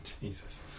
Jesus